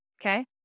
Okay